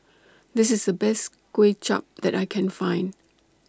This IS The Best Kway Chap that I Can Find